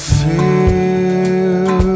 feel